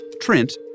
Trent